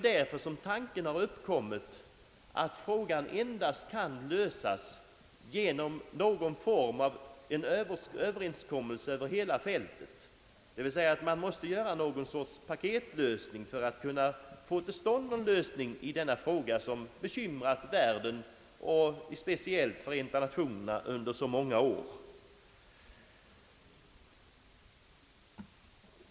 Därför kan det tänkas att frågan kan lösas endast genom någon form av överenskommelse över hela fältet, d. v. s. man måste göra någon sorts paketlösning för att kunna få till stånd en lösning av denna fråga som bekymrat världen och speciellt Förenta Nationerna under så många år. '